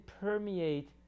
permeate